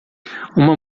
uma